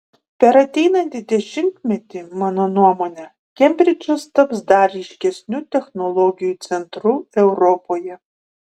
per ateinantį dešimtmetį mano nuomone kembridžas taps dar ryškesniu technologijų centru europoje